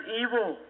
evil